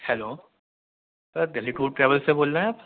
hello sir Delhi tour travels سے بول رہے ہیں آپ